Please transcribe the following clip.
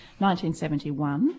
1971